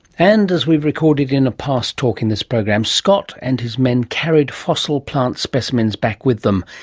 and, as we've recorded in a past talk in this program, scott and his men carried fossil plant specimens back with them,